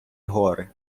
горе